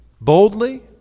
boldly